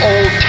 Old